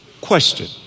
question